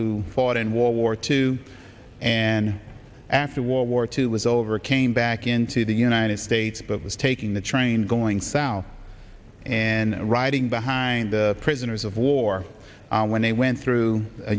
who fought in war two and after world war two was over came back into the united states but was taking the train going south and riding behind the prisoners of war when they went through